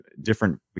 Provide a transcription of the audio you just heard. different